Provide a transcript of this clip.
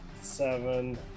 Seven